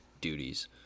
duties